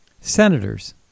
senators